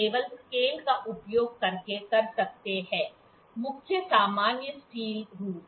कुछ निश्चित माप हैं जो हम केवल स्केल का उपयोग करके कर सकते हैं मुख्य सामान्य स्टील रूल